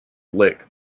lick